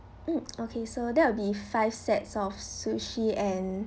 mm okay so there will be five sets of sushi and